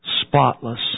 spotless